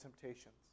temptations